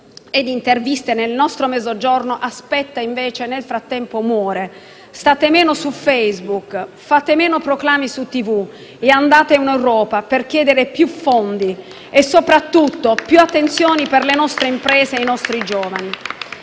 e interviste, il nostro Mezzogiorno aspetta e nel frattempo muore. Navigate meno su Facebook e fate meno proclami in televisione, ma andate in Europa a chiedere più fondi e soprattutto più attenzione per le nostre imprese e i nostri giovani.